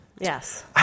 Yes